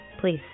Please